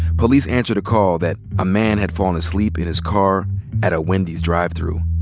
police answered a call that a man had fallen asleep in his car at a wendy's drive-through.